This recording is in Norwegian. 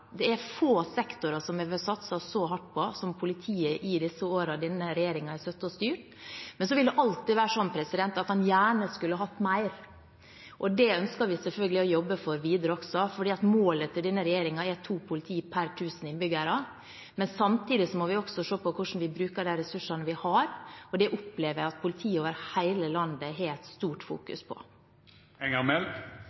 denne regjeringen har styrt. Men det vil alltid være slik at en gjerne skulle hatt mer. Det ønsker vi selvfølgelig å jobbe for videre også, for denne regjeringens mål er to politifolk per 1 000 innbyggere. Samtidig må vi også se på hvordan vi bruker de ressursene vi har, og det opplever jeg at politiet over hele landet fokuserer sterkt på. Da kom vi også inn på et